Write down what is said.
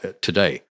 today